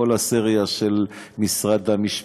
כל הסריה של משרד המשפטים,